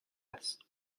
است